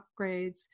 upgrades